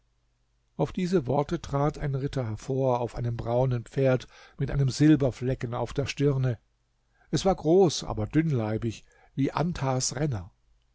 auf diese worte trat ein ritter hervor auf einem braunen pferd mit einem silberflecken auf der stirne es war groß aber dünnleibig wie antars renner